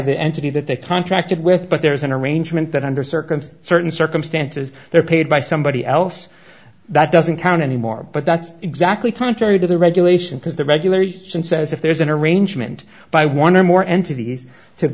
the entity that they contracted with but there is an arrangement that under circumstances that in circumstances they're paid by somebody else that doesn't count anymore but that's exactly contrary to the regulation because the regulators says if there's an arrangement by one or more entities to